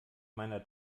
meiner